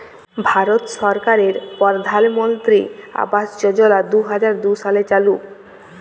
ভারত সরকারের পরধালমলত্রি আবাস যজলা দু হাজার দু সালে চালু